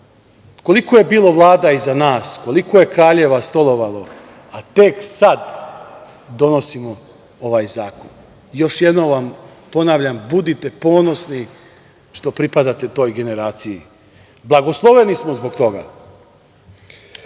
koliko je bilo vlada iza nas, koliko je kraljeva stolovalo, a tek sad donosimo ovaj zakon? Još jednom vam ponavljam budite ponosni što pripadate toj generaciji, blagosloveni smo zbog toga. Kada